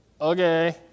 okay